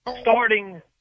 starting